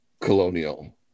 colonial